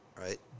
right